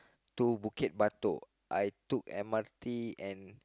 to Bukit-Batok I took M_R_T and